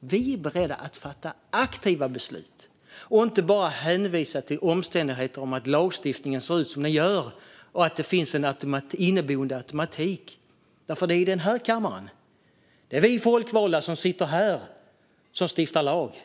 Socialdemokraterna är beredda att fatta aktiva beslut och inte bara hänvisa till omständigheter som att lagstiftningen ser ut som den gör och att det finns en inneboende automatik. Det är nämligen vi folkvalda som sitter i denna kammare som stiftar lagarna.